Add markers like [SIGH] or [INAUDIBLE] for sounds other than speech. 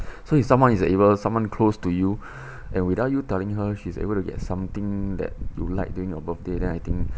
so if someone is able someone close to you [BREATH] and without you telling her she's able to get something that you like during your birthday then I think